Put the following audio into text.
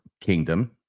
kingdom